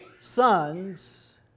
sons